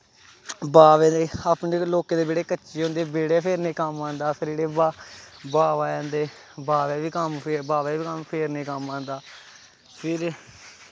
बाबे दे अपने ते लोकें दे बेह्ड़े कच्चे होंदे बेह्ड़े फेरने दे कम्म आंदा फिर जेह्ड़े बाबे बाबे दे बाबे दे बी कम्म बाबे दे बी फेरने दे कम्म आंदा फिर